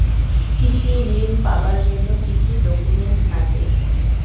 কৃষি ঋণ পাবার জন্যে কি কি ডকুমেন্ট নাগে?